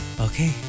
okay